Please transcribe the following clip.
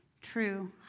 true